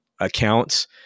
accounts